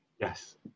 Yes